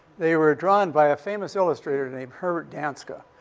they were drawn by a famous illustrator named herbert danska.